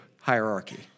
hierarchy